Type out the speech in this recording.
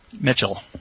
Mitchell